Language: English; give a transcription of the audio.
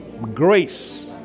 grace